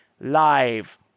live